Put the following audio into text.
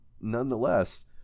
Nonetheless